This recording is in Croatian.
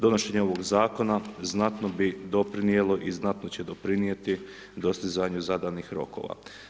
Donošenje ovog Zakona znatno bi doprinijelo i znatno će doprinijeti dostizanju zadanih rokova.